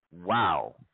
wow